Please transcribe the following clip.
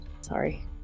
Sorry